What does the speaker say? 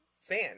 fan